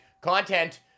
content